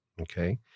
Okay